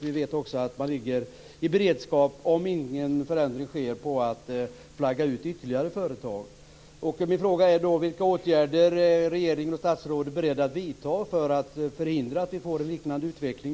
Vi vet också att man ligger i beredskap, om ingen förändring sker, att flagga ut ytterligare företag.